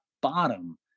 bottom